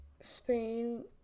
Spain